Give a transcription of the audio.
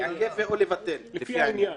היא לא תגרום להם להעלות את הריבית מראש יותר מדי גבוה,